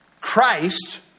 Christ